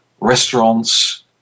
restaurants